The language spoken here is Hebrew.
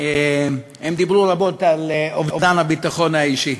הם דיברו רבות על אובדן הביטחון האישי.